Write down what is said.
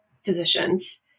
physicians